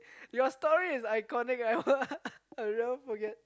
your story is iconic I !wah! I will never forget